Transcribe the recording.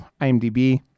IMDb